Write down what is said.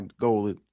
goal